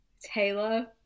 Taylor